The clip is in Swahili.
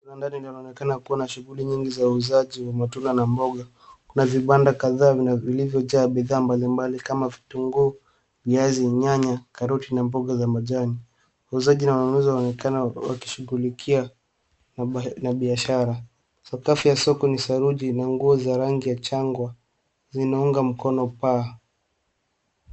Humu ndani mnaonekana mkiwa na shughuli mbalimbali vya huuzaji wa matunda na boga. Kuna vibada kadhaa na vilivyo jaa vitu mbalimbali kama vile vitunguu, viazi, nyanya, karoti na mboga za majani, wauzaji na wanunuzi wanaonekana wakishughulikia na biashara baadhi za biashara .Kafi ya soko zinaunga mkono paaa.